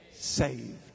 saved